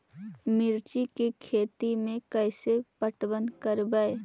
मिर्ची के खेति में कैसे पटवन करवय?